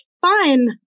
fine